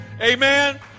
amen